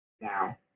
now